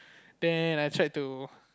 then I tried to